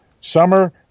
summer